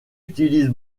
utilise